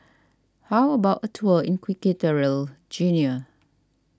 how about a tour in Equatorial Guinea